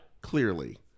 clearly